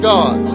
God